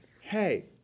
hey